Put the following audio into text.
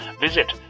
visit